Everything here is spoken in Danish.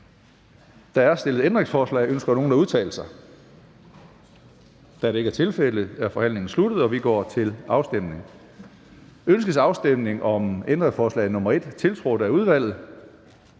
Der er stillet ændringsforslag. Ønsker nogen at udtale sig? Da det ikke er tilfældet, er forhandlingen sluttet, og vi går til afstemning. Kl. 13:30 Afstemning Tredje næstformand (Karsten Hønge):